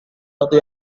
waktu